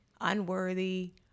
unworthy